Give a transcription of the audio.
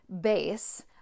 base